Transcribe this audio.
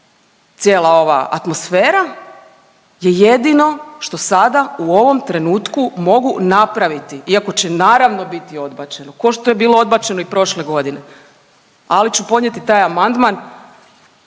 cijela ova atmosfera je jedino što sada u ovom trenutku mogu napraviti, iako će naravno biti odbačeno, ko što je bilo odbačeno i prošle godine, ali ću podnijeti taj amandman